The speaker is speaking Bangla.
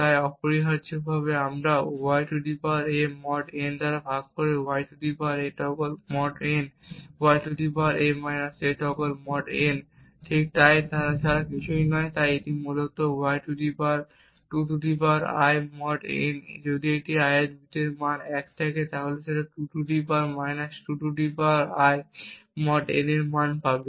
তাই অপরিহার্যভাবে আপনি ya mod n ভাগ করে ya mod n এটি ya - a mod n ঠিক তাই ছাড়া আর কিছুই নয় এটি মূলত হয় y 2 I mod n যদি এখানে ith বিটের মান 1 থাকে বা সে y 2 I mod n এর মান পাবে